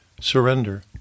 Surrender